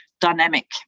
dynamic